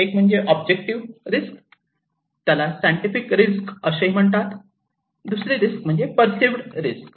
एक म्हणजे objective risk त्याला सायंटिफिक रिस्क असेही ही म्हणतात दुसरी एक रिस्क म्हणजे परसिव्हिड रिस्क